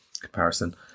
comparison